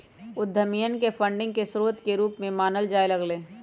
उद्यमियन के फंडिंग के स्रोत के रूप में मानल जाय लग लय